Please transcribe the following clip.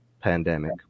pandemic